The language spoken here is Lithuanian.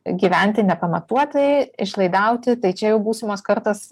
gyventi nepamatuotai išlaidauti tai čia jau būsimos kartos